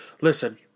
listen